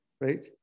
right